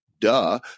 duh